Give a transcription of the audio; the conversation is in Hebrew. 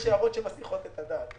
יש הערות שמסיחות את הדעת.